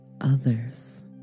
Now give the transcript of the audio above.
others